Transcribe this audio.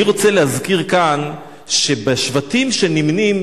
אני רוצה להזכיר כאן שבשבטים שנמנים,